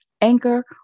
Anchor